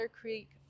Creek